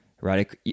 right